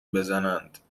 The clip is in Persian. بزنند